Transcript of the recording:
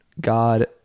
God